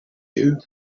you